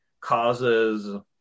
causes